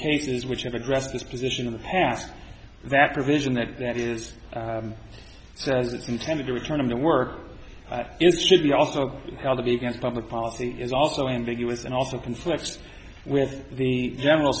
cases which have addressed this position in the past that provision that that is says it's intended to return to work it should be also held to be against public policy is also ambiguous and also conflicts with the general